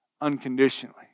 unconditionally